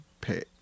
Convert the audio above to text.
pay